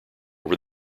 over